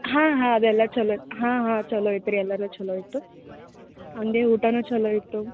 ಹಾಂ ಹಾಂ ಅದೆಲ್ಲ ಛಲೋ ಇತ್ತು ಹಾಂ ಹಾಂ ಛಲೋ ಇತ್ತು ರೀ ಎಲ್ಲದೂ ಛಲೋ ಇತ್ತು ಹಾಗೇ ಊಟವೂ ಛಲೋ ಇತ್ತು